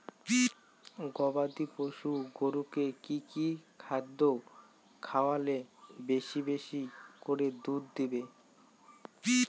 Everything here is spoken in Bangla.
গবাদি পশু গরুকে কী কী খাদ্য খাওয়ালে বেশী বেশী করে দুধ দিবে?